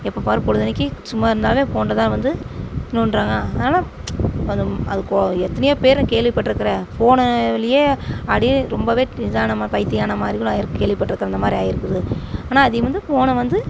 எப்போப்பாரு பொழுதன்னிக்கு சும்மா இருந்தால் ஃபோனை தான் வந்து நோண்டுறாங்க அதனால அது கொ எத்தனையோ பேர் கேள்விப்பட்டுருக்கிறேன் ஃபோனுலேயே ஆடி ரொம்பவே இதானமாதிரி பைத்தியம் ஆன மாதிரிலான் கேள்விப்பட்டிருக்கேன் இந்தமாதிரி ஆகிருக்குது ஆனால் அதை வந்து ஃபோனை வந்து